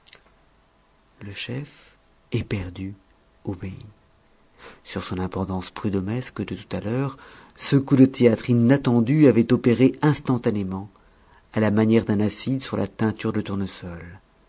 le chef éperdu obéit sur son importance prudhommesque de tout à l'heure ce coup de théâtre inattendu avait opéré instantanément à la manière d'un acide sur la teinture de tournesol